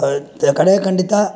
ಖಡಾಖಂಡಿತ